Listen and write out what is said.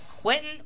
Quentin